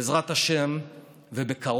בעזרת השם ובקרוב